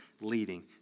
leading